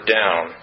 down